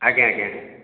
ଆଜ୍ଞା ଆଜ୍ଞା